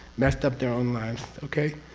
messed up their own lives, okay?